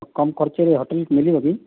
କମ୍ ଖର୍ଚ୍ଚରେ ହୋଟେଲ୍ ମିଳିବ କି